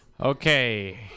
Okay